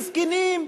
מסכנים,